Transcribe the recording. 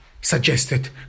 suggested